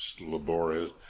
laborious